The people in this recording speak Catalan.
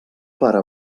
pare